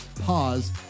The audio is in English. pause